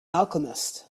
alchemist